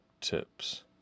tips